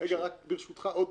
ברשותך עוד